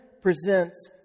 presents